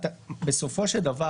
בסופו של דבר